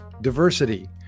diversity